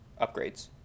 upgrades